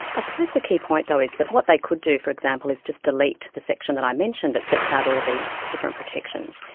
ah suppose the key point, though, is, that what they could do, for example, is just delete the section that i mentioned, that sets out all of these different protections,